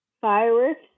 Fireworks